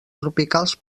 tropicals